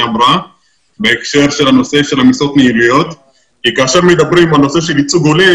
כי כאשר מדברים על נושא של ייצוג הולם,